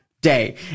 Day